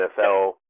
NFL